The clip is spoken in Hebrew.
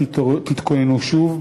תתכוננו שוב.